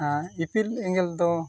ᱟᱨ ᱤᱯᱤᱞ ᱮᱸᱜᱮᱞ ᱫᱚ